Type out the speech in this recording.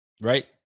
right